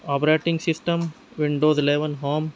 operating system windows eleven home